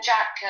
Jack